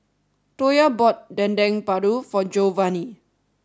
Toya bought Dendeng Paru for Geovanni